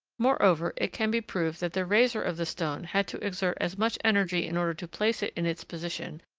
moreover, it can be proved that the raiser of the stone had to exert as much energy in order to place it in its position,